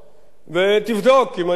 ותבדוק אם אני מדייק או לא.